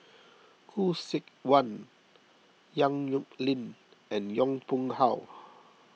Khoo Seok Wan Yong Nyuk Lin and Yong Pung How